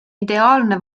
ideaalne